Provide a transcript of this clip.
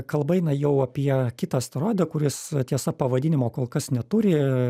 kalba eina jau apie kitą asteroidą kuris tiesa pavadinimo kol kas neturi